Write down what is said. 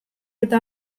eta